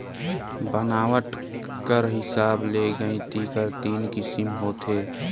बनावट कर हिसाब ले गइती कर तीन किसिम होथे